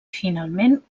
finalment